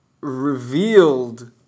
revealed